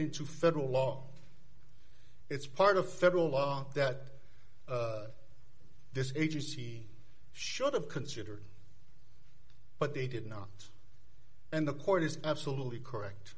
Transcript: into federal law it's part of federal law that this agency should have considered but they did not and the court is absolutely correct